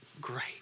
great